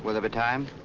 sort of time?